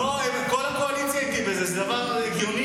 לא, כל הקואליציה איתי בזה, זה דבר הגיוני.